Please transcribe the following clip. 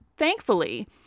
Thankfully